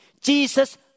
Jesus